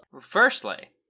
firstly